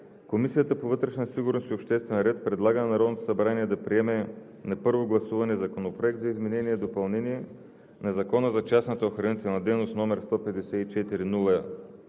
Комисията по вътрешна сигурност и обществен ред предлага на Народното събрание да приеме на първо гласуване Законопроект за изменение и допълнение на Закона за частната охранителна дейност, № 154-01-1,